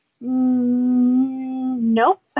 Nope